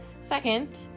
Second